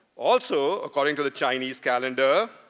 also, according to the chinese calendar,